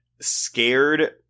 scared